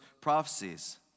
prophecies